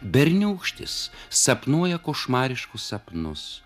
berniūkštis sapnuoja košmariškus sapnus